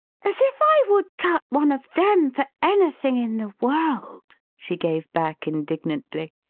as if i would cut one of them for anything in the world! she gave back, indignantly.